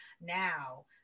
now